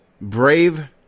brave